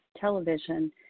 television